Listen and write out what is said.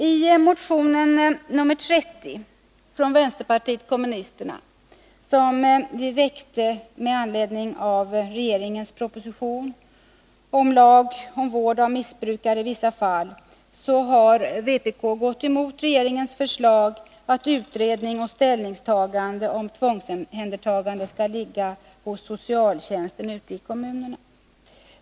I motion 30 från vänsterpartiet kommunisterna, som väcktes med anledning av regeringens proposition om lag om vård av missbrukare i vissa fall, har vpk gått emot regeringens förslag, att utredning och ställningstagande när det gäller tvångsomhändertagande skall ligga hos socialtjänsten ute i kommunerna.